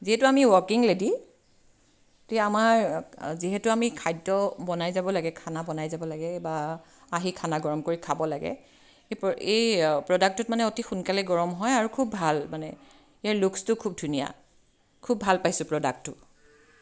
যিহেতু আমি working lady তে আমাৰ যিহেতু আমি খাদ্য বনাই যাব লাগে খানা বনাই যাব লাগে বা আহি খানা গৰম কৰি খাব লাগে এই প্ৰ এই প্ৰডাক্টটোত মানে অতি সোনকালে গৰম হয় আৰু খুব ভাল মানে ইয়াৰ লুক্চটো খুব ধুনীয়া খুব ভাল পাইছোঁ প্ৰডাক্টটো